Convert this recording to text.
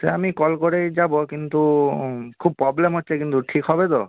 সে আমি কল করেই যাব কিন্তু খুব প্রবলেম হচ্ছে কিন্তু ঠিক হবে তো